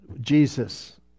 Jesus